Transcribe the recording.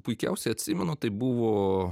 puikiausiai atsimenu tai buvo